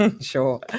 Sure